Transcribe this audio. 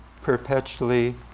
perpetually